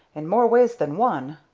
in more ways than one,